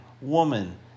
woman